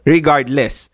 Regardless